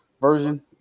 version